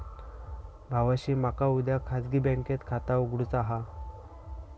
भावाशी मका उद्या खाजगी बँकेत खाता उघडुचा हा